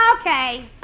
Okay